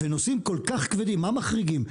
ונושאים כל כך כבדים, מה מחריגים?